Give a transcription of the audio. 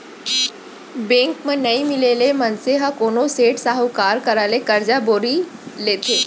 bank म नइ मिलय ले मनसे ह कोनो सेठ, साहूकार करा ले करजा बोड़ी लेथे